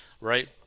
right